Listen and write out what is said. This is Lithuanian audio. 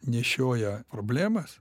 nešioja problemas